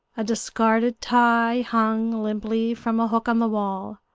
a discarded tie hung limply from a hook on the wall,